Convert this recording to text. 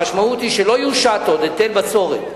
המשמעות היא שלא יושת עוד היטל בצורת.